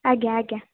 ଆଜ୍ଞା ଆଜ୍ଞା